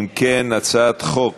אם כן, הצעת חוק